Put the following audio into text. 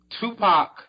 Tupac